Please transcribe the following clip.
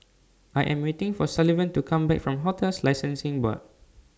I Am waiting For Sullivan to Come Back from hotels Licensing Board